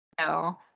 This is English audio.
no